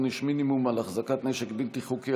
עונש מינימום על החזקת נשק בלתי חוקי),